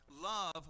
Love